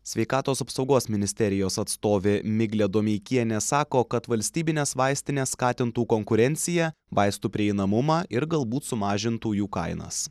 sveikatos apsaugos ministerijos atstovė miglė domeikienė sako kad valstybinės vaistinės skatintų konkurenciją vaistų prieinamumą ir galbūt sumažintų jų kainas